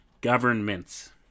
governments